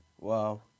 Wow